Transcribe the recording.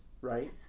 right